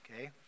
okay